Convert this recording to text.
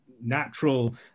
natural